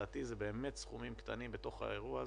לדעתי אלה באמת סכומים קטנים באירוע הזה,